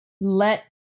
let